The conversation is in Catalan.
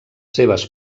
seves